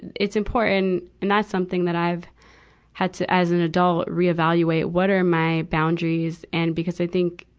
it's important and that something that i've had to, as an adult, reevaluate what are my boundaries. and because i think,